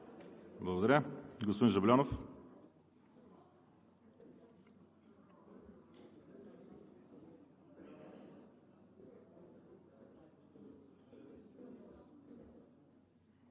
Благодаря. Господин Жаблянов.